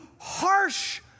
harsh